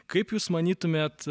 kaip jūs manytumėt